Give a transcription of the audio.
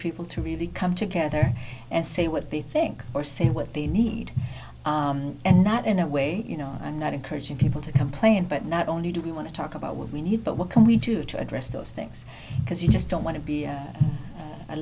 people to really come together and say what they think or say what they need and not in a way you know i'm not encouraging people to complain but not only do we want to talk about what we need but what can we do to address those things because you just don't want to be a